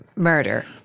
murder